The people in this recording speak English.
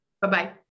Bye-bye